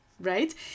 Right